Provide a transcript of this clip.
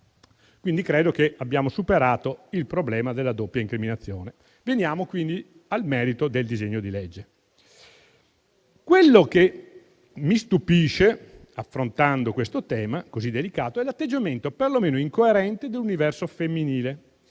Quindi, credo che abbiamo superato il problema della doppia incriminazione. Veniamo quindi al merito del disegno di legge. Quello che mi stupisce, affrontando questo tema così delicato, è l'atteggiamento perlomeno incoerente dell'universo femminile